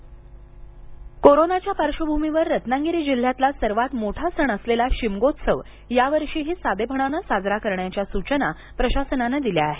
रत्नागिरी शिमगोत्सव कोरोनाच्या पार्श्वभूमीवर रत्नागिरी जिल्ह्यातला सर्वांत मोठा सण असलेला शिमगोत्सव यावर्षीही साधेपणानं साजरा करण्याच्या सूचना प्रशासनानं दिल्या आहेत